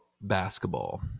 basketball